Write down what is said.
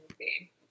movie